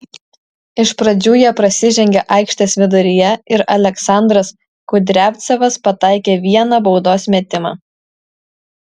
iš pradžių jie prasižengė aikštės viduryje ir aleksandras kudriavcevas pataikė vieną baudos metimą